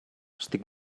estic